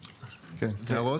הערות?